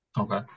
Okay